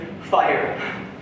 fire